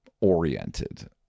oriented